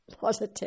positive